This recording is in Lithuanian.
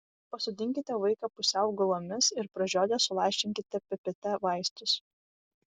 pasodinkite vaiką pusiau gulomis ir pražiodę sulašinkite pipete vaistus